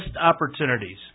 opportunities